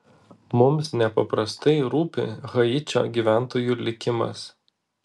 mums nepaprastai rūpi haičio gyventojų likimas